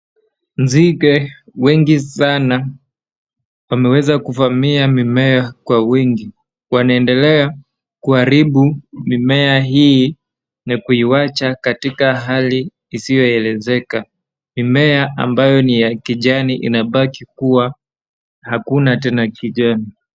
Nzige wengi sana wameweza kuvamia mimea kwa wingi, wanaendelea kuharibu mimea hii na kuiwacha katika hali isiyoelezeka, mimea ambayo ni ya kijani inabaki kuwa hakuna tena kijani.